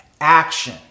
Action